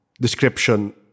description